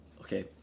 okay